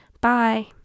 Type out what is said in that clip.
Bye